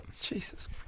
Jesus